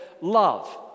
love